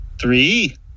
three